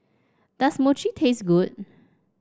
does Mochi taste good